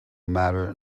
matter